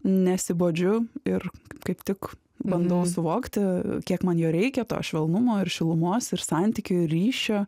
nesibodžiu ir kaip tik bandau suvokti kiek man jo reikia to švelnumo ir šilumos ir santykių ir ryšio